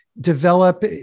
develop